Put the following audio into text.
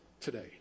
today